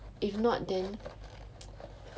if not then